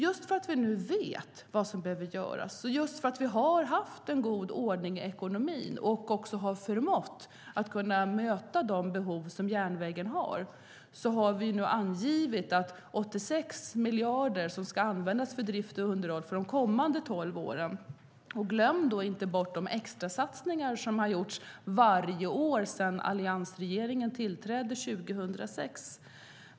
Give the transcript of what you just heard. Just för att vi nu vet vad som behöver göras och just för att vi har haft god ordning i ekonomin och förmått möta järnvägens behov har vi nu angivit att 86 miljarder ska användas till drift och underhåll under den kommande tolv åren. Glöm då inte bort de extrasatsningar som har gjorts varje år sedan alliansregeringen tillträdde 2006.